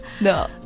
no